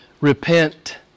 Repent